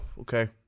okay